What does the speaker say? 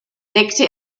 deckte